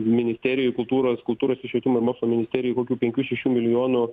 ministerijoj kultūros kultūros ir švietimo ir mokslo ministerijoj kokių penkių šešių milijonų